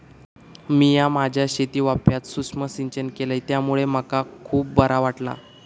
मिया माझ्या शेतीवाफ्यात सुक्ष्म सिंचन केलय त्यामुळे मका खुप बरा वाटला